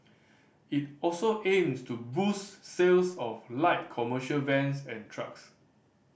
it also aims to boost sales of light commercial vans and trucks